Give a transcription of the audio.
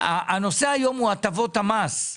הנושא היום הוא הטבות המס.